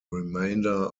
remainder